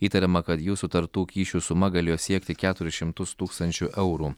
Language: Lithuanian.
įtariama kad jų sutartų kyšių suma galėjo siekti keturis šimtus tūkstančių eurų